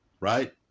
right